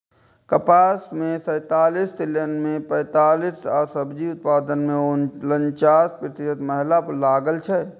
कपास मे सैंतालिस, तिलहन मे पैंतालिस आ सब्जी उत्पादन मे उनचालिस प्रतिशत महिला लागल छै